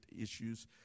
issues